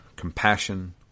compassion